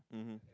mmhmm